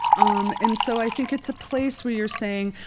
um and so i think it's a place where you're saying,